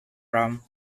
from